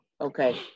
Okay